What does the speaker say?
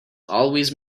always